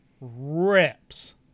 rips